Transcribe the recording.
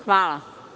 Hvala.